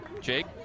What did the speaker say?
Jake